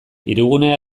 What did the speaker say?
hirigunea